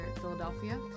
Philadelphia